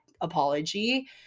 apology –